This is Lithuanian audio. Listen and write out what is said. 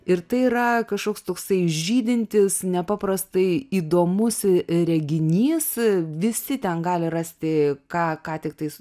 ir tai yra kažkoks toksai žydintis nepaprastai įdomus reginys visi ten gali rasti ką ką tiktais